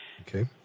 Okay